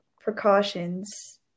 precautions